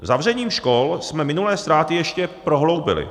Zavřením škol jsme minulé ztráty ještě prohloubili.